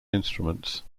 instruments